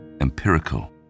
empirical